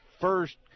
first